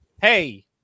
hey